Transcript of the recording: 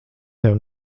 tev